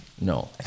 No